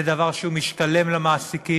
זה דבר שהוא משתלם למעסיקים.